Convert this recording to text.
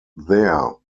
there